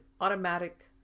automatic